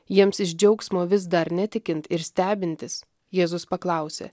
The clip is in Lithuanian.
jiems iš džiaugsmo vis dar netikint ir stebintis jėzus paklausė